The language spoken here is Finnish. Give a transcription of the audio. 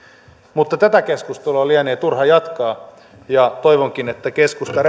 mutta tätä keskustelua lienee turha jatkaa ja toivonkin että keskustan